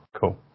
Cool